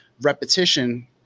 repetition